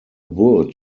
wood